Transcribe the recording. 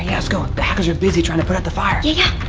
let's go. the hackers are busy trying to put out the fire. yeah, yeah.